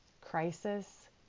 crisis